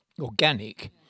organic